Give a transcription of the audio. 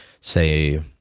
say